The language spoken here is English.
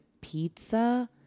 pizza